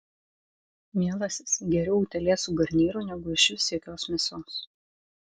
mielasis geriau utėlė su garnyru negu išvis jokios mėsos